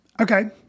Okay